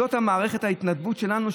זאת מערכת ההתנדבות שלנו,